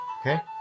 Okay